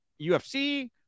UFC